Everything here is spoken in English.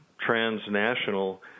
transnational